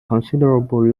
considerably